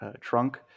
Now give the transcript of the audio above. trunk